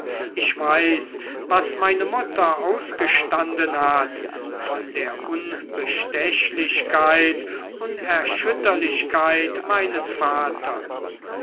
ich weiß was meine mutter ausgestanden hat von der unbestechlichkeit unerschütterlichkeit meines vaters